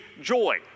joy